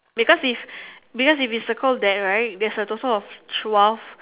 because is because if is circle that right there's a total of twelve